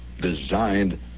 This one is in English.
Designed